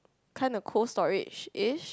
kind of Cold Storage-ish